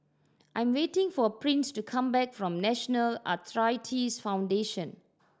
I'm waiting for Prince to come back from National Arthritis Foundation